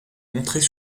montrées